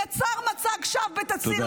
"יצר מצג שווא בתצהיר,